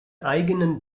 eigenen